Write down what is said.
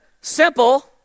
simple